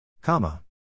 comma